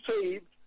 saved